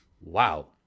Wow